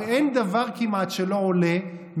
כמעט אין דבר שלא עולה,